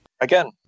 Again